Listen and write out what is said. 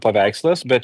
paveikslas bet